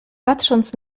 patrząc